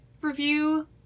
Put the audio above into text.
review